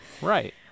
Right